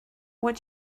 what